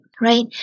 right